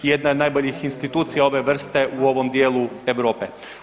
Jedna je od najboljih institucija ove vrste u ovom dijelu Europe.